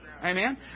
Amen